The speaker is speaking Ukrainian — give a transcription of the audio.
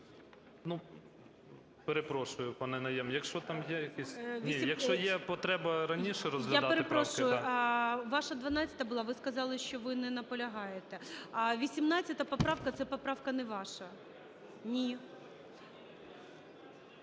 Ну, перепрошую, пане Найєм, якщо там є якесь… Ні, якщо є потреба раніше розглядати правки… ГОЛОВУЮЧИЙ. Я перепрошую, ваша 12-а була, ви сказали, що ви не наполягаєте. А 18 поправка – це поправка не ваша.